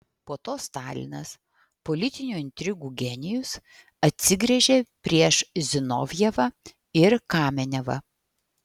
po to stalinas politinių intrigų genijus atsigręžė prieš zinovjevą ir kamenevą